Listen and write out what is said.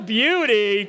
beauty